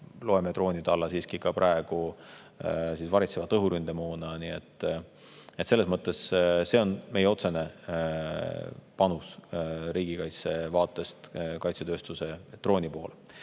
Loeme droonide hulka siiski ka varitseva õhuründemoona. Nii et selles mõttes see on meie otsene panus riigikaitse vaatest kaitsetööstuse ja droonide